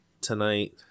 tonight